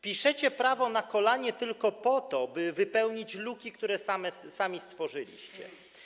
Piszecie prawo na kolanie tylko po to, by wypełnić luki, które sami stworzyliście.